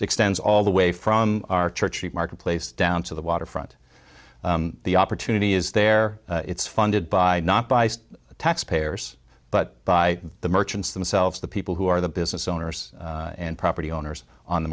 extends all the way from our church marketplace down to the waterfront the opportunity is there it's funded by taxpayers but by the merchants themselves the people who are the business owners and property owners on the